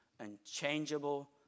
Unchangeable